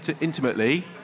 intimately